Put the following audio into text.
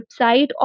website